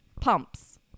pumps